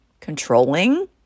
Controlling